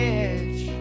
edge